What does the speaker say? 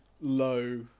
low